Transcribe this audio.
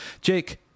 Jake